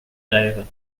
grèves